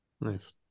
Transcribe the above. Nice